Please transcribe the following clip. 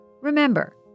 Remember